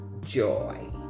joy